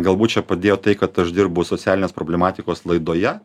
galbūt čia padėjo tai kad aš dirbu socialinės problematikos laidoje